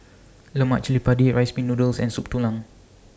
Lemak Cili Padi Rice Pin Noodles and Soup Tulang